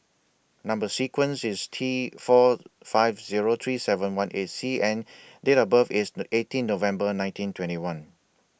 Number sequence IS T four five Zero three seven one eight C and Date of birth IS eighteen November nineteen twenty one